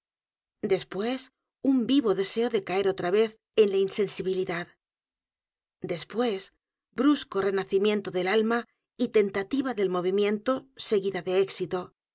después un vivo deseo de caer otra vez en la insensibilidad después brusco renacimiento del alma y tentativa de movimiento seguida de éxito